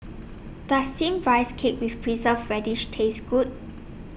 Does Steamed Rice Cake with Preserved Radish Taste Good